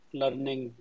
learning